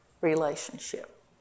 relationship